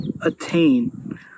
attain